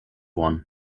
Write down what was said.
one